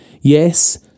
Yes